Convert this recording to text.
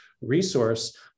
resource